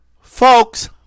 Folks